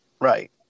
Right